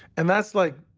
and that's, like,